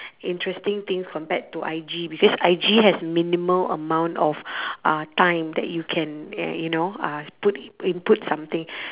interesting things compared to I_G because I_G has minimal amount of uh time that you can uh you know uh put input something